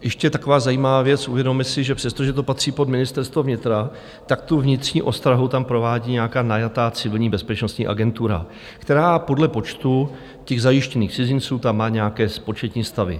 Ještě taková zajímavá věc: uvědomme si, že přestože to patří pod Ministerstvo vnitra, vnitřní ostrahu tam provádí nějaká najatá civilní bezpečnostní agentura, která podle počtu zajištěných cizinců má nějaké početní stavy.